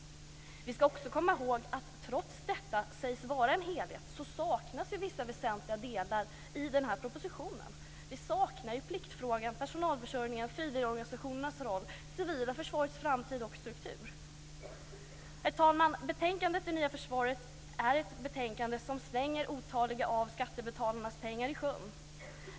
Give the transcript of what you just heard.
Vi ska också komma ihåg att trots att detta sägs vara en helhet saknas vissa väsentliga delar i propositionen. Vi saknar pliktfrågan, personalförsörjningen, frivilligorganisationernas roll och det civila försvarets framtid och struktur. Herr talman! Betänkandet Det nya försvaret är ett betänkande där man slänger otaliga av skattebetalarnas pengar i sjön.